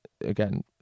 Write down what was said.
Again